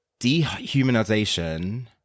dehumanization